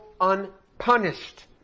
unpunished